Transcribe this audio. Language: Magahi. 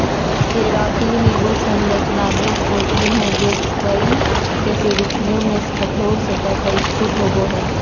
केराटिन एगो संरचनात्मक प्रोटीन हइ जे कई कशेरुकियों में कठोर सतह पर स्थित होबो हइ